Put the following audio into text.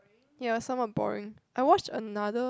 ya somewhat boring I watch another